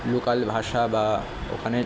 local ভাষা বা ওখানে